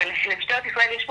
הרי למשטרת ישראל יש מודיעין.